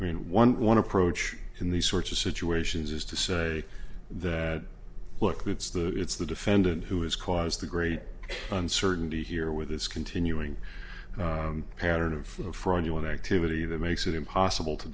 i mean one one approach in these sorts of situations is to say that look it's the it's the defendant who has caused the great uncertainty here with this continuing pattern of fraudulent activity that makes it impossible to